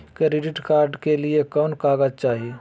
Credit card के लिए कौन कागज चाही?